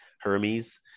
Hermes